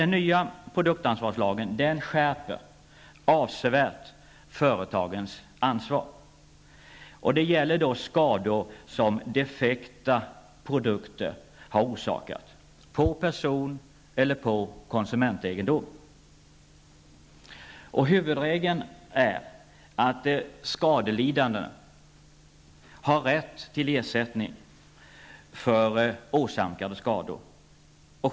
Den nya produktansvarslagen skärper avsevärt företagens ansvar när det gäller skador som defekta produkter har orsakat på person eller på konsumentegendom. Huvudregeln är att skadelidande har rätt till ersättning för åsamkade skador.